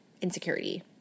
insecurity